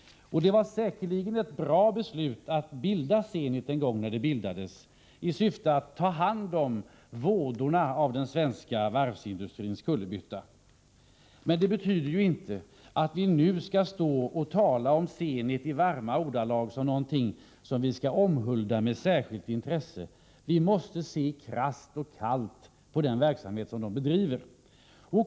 Det var säkert ett bra beslut att bilda Zenit. Syftet var ju att ta hand om vådorna av den svenska varvsindustrins kullerbytta. Men detta betyder ju inte att vi nu skall stå och tala om Zenit i varma ordalag, som om det vore fråga om någonting som vi bör omhulda med särskilt intresse. Vi måste se krasst och kallt på Zenits verksamhet.